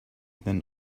than